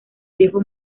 viejo